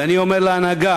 ואני אומר להנהגה,